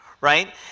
right